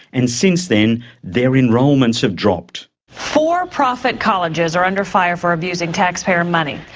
and since then their enrolments have dropped. for-profit colleges are under fire for abusing taxpayer money.